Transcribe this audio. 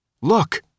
Look